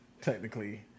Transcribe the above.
Technically